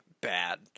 bad